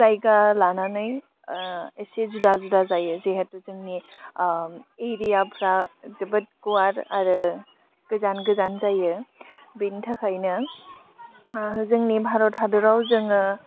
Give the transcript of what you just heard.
जायगा लानानै एसे जुदा जुदा जायो जिहेथु जोंनि एरियाफ्रा जोबोद गुवार आरो गोजान गोजान जायो बेनि थाखायनो जोंनि भारत हादराव जोङो